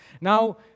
Now